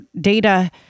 data